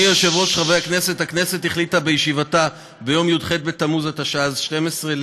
התשע"ז 2016,